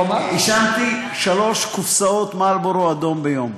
עישנתי שלוש קופסאות "מרלבורו" אדום ביום.